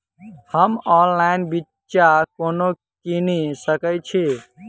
हम ऑनलाइन बिच्चा कोना किनि सके छी?